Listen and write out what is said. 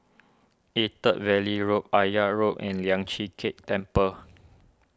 Attap Valley Road Akyab Road and Lian Chee Kek Temple